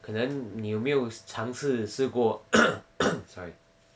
可能你有没有尝试试过 sorry